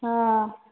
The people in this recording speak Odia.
ହଁ